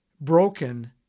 broken